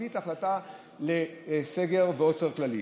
זה הביא את ההחלטה לסגר ועוצר כללי,